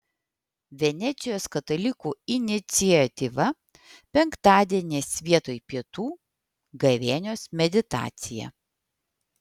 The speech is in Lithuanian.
venecijos katalikų iniciatyva penktadieniais vietoj pietų gavėnios meditacija